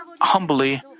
humbly